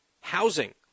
Housing